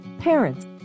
Parents